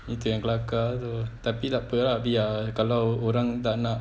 it can kelakar jer tapi takpe ah kalau orang tak nak